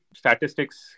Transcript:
statistics